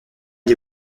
des